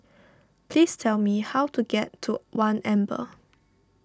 please tell me how to get to one Amber